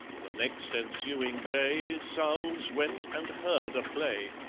the next ensuing day sowls went and heard a play.